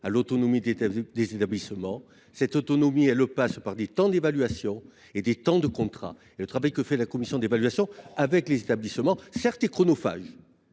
à l’autonomie des établissements. Cette autonomie passe par des temps d’évaluation et des temps de contrat. Le travail que fait la CEE avec les établissements est certes chronophage,